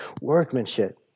workmanship